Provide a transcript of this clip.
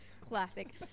Classic